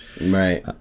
Right